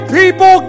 people